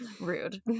rude